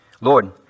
Lord